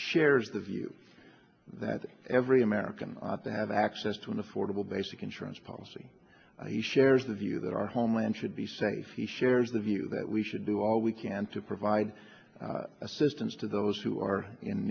shares the view that every american ought to have access to an affordable basic insurance policy he shares the view that our homeland should be safe he shares the view that we should do all we can to provide assistance to those who are in